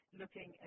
looking